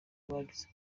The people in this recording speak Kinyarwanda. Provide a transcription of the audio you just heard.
bagize